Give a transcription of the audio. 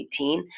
2018